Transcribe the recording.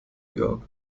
york